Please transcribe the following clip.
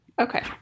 Okay